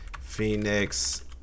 Phoenix